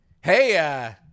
Hey